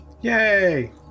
Yay